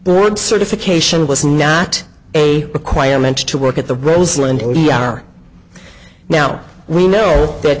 board certification was not a requirement to work at the roseland we are now we know that